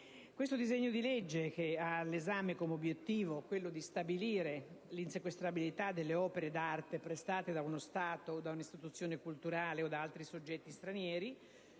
Il disegno di legge in esame - che ha l'obiettivo di stabilire l'insequestrabilità delle opere d'arte prestate da uno Stato, da un'istituzione culturale o da altri soggetti stranieri,